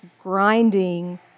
grinding